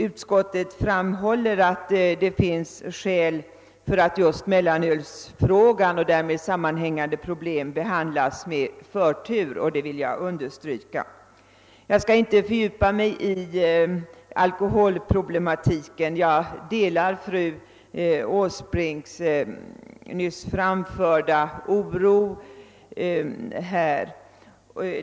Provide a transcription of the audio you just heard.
Utskottet framhåller att det finns skäl för att just mellanölsfrågan och med denna sammanhängande problem behandlas med förtur, och det påpekandet vill jag understryka. Jag skall inte fördjupa mig i alkoholproblematiken — jag delar fru Åsbrinks nyss framförda oro.